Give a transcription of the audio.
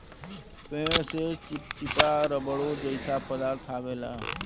पेड़ से चिप्चिपा रबड़ो जइसा पदार्थ अवेला